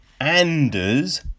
Anders